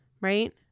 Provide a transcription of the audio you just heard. Right